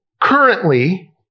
Currently